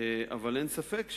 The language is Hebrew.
אין ספק,